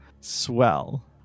swell